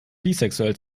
bisexuell